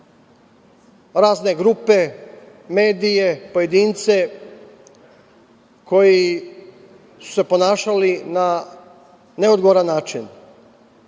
razne grupe, medije, pojedince, koji su se ponašali na neodgovoran način.